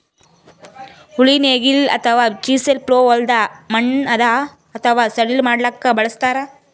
ಉಳಿ ನೇಗಿಲ್ ಅಥವಾ ಚಿಸೆಲ್ ಪ್ಲೊ ಹೊಲದ್ದ್ ಮಣ್ಣ್ ಹದಾ ಅಥವಾ ಸಡಿಲ್ ಮಾಡ್ಲಕ್ಕ್ ಬಳಸ್ತಾರ್